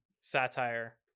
satire